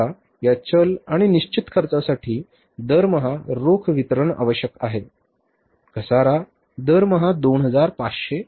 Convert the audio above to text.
समजा या चल आणि निश्चित खर्चासाठी दरमहा रोख वितरण आवश्यक आहे घसारा दरमहा 2500 आहे बरोबर